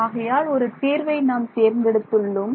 ஆகையால் ஒரு தீர்வை நாம் தேர்ந்தெடுத்துள்ளோம்